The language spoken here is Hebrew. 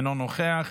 אינו נוכח,